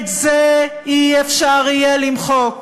את זה לא יהיה אפשר למחוק.